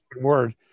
word